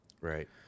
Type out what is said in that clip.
right